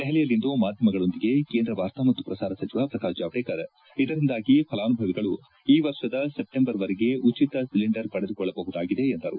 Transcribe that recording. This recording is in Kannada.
ದೆಹಲಿಯಲ್ಲಿಂದು ಮಾಧ್ಯಮಗಳೊಂದಿಗೆ ಕೇಂದ್ರ ವಾರ್ತಾ ಮತ್ತು ಪ್ರಸಾರ ಸಚಿವ ಪ್ರಕಾಶ್ ಜಾವಡೇಕರ್ ಇದರಿಂದಾಗಿ ಫಲಾನುಭವಿಗಳು ಈ ವರ್ಷದ ಸೆಪ್ಲೆಂಬರ್ ವರೆಗೆ ಉಚಿತ ಸಿಲೆಂಡರ್ ಪಡೆದುಕೊಳ್ಬಹುದಾಗಿದೆ ಎಂದರು